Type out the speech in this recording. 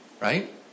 right